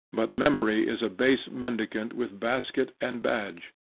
but memory is a base mendicant with basket and badge,